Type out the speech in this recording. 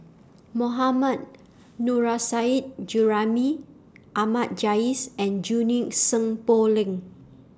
Mohammad Nurrasyid Juraimi Ahmad Jais and Junie Sng Poh Leng